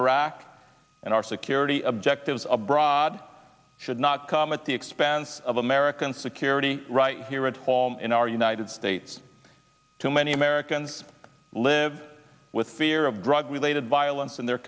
iraq and our security objectives abroad should not come at the expense of american security right here at home in our united states too many americans live with fear of drug related violence in their